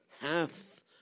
Hath